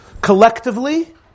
Collectively